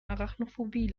arachnophobie